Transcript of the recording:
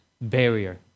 barrier